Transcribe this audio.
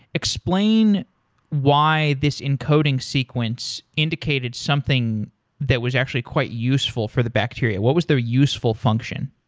explain why this encoding sequence indicated something that was actually quite useful for the bacteria. what was the useful function?